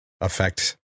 affect